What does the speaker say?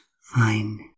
fine